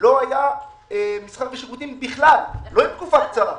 לא היו מסחר ושירותים בכלל, לא רק לתקופה קצרה.